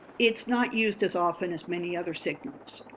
it's not used as often as many other signals.